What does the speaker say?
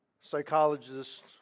psychologist